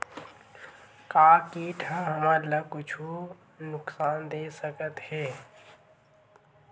का कीट ह हमन ला कुछु नुकसान दे सकत हे?